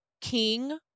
King